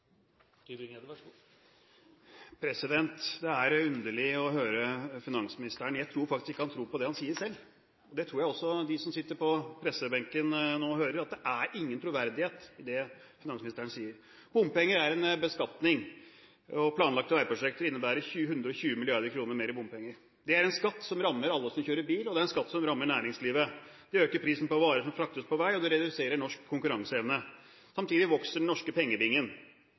Det er underlig å høre finansministeren. Jeg tror faktisk ikke han tror på det han selv sier. Jeg tror også de som sitter på pressebenken, nå hører at det ikke er noen troverdighet i det finansministeren sier. Bompenger er en beskatning. Planlagte veiprosjekter innebærer 120 mrd. kr mer i bompenger. Det er en skatt som rammer alle som kjører bil, og det er en skatt som rammer næringslivet. Dette øker prisen på varer som fraktes på vei, og det reduserer norsk konkurranseevne. Samtidig vokser den norske pengebingen.